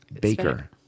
Baker